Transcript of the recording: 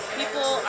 people